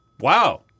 Wow